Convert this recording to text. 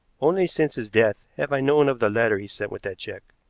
only since his death have i known of the letter he sent with that check.